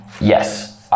Yes